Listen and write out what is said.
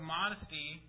modesty